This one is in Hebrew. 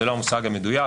זה לא המושג המדויק,